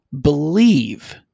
believe